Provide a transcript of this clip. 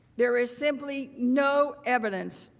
there is simply no evidence,